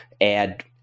add